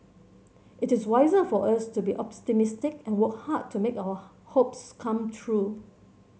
it is wiser for us to be optimistic and work hard to make our hopes come true